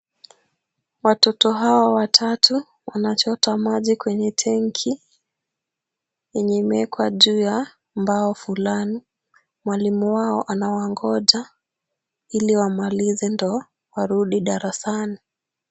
Watoto hawa watatu wanachota maji kwenye tenki, yenye imewekwa juu ya mbao fulani. Mwalimu wao anawangoja ili wamalize ndio warudi darasani.